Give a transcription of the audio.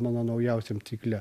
mano naujausiam cikle